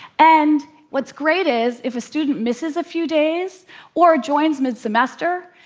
and what's great is if a student misses a few days or joins mid-semester,